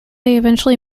eventually